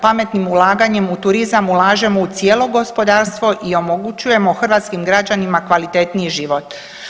Pametnim ulaganjem u turizam ulažemo u cijelo gospodarstvo i omogućujemo hrvatskim građanima kvalitetniji život.